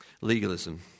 Legalism